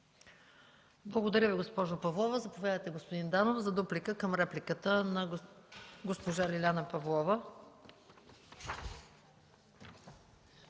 Благодаря, госпожо Павлова. Заповядайте, господин Данов, за дуплика към репликата на госпожа Лиляна Павлова.